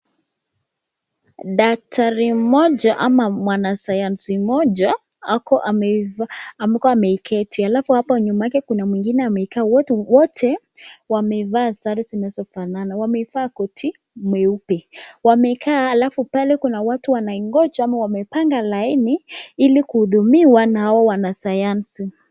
Daktari mmoja ama mwanasanyansi mmoja ako ameketi, alafu hapo nyuma yake kuna mwingine amekaa. Wote wamevaa sare zinazofanana, wamevaa koti nyeupe. Wamekaa alafu pale kuna watu wanangoja ama wamepanga laini wakingoja kuhudumiwa na hao wanasayansi.